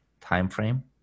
timeframe